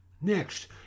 Next